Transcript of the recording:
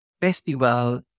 festival